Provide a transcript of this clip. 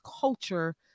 culture